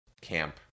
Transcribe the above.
camp